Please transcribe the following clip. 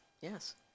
yes